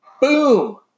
Boom